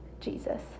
Jesus